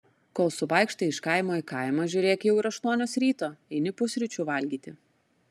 kol suvaikštai iš kaimo į kaimą žiūrėk jau ir aštuonios ryto eini pusryčių valgyti